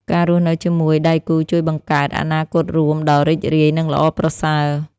ការរស់នៅជាមួយដៃគូជួយបង្កើតអនាគតរួមដ៏រីករាយ និងល្អប្រសើរ។